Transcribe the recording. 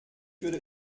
würde